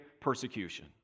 persecution